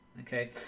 Okay